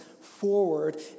forward